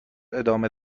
ادامه